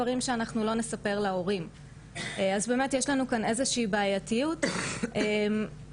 מעבר לזה ראינו שמי שמטפל בחברה הערבית בקורבנות של פגיעה מינית ברשת